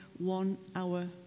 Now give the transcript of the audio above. one-hour